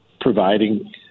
providing